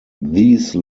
these